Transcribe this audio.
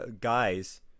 guys